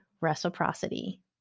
reciprocity